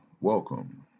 welcome